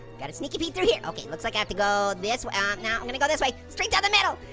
gotta sneaky pete through here. okay, looks like i have to go this way. um no, i'm gonna go this way, straight down the middle.